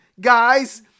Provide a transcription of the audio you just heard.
guys